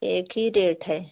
एक ही रेट है